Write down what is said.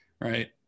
right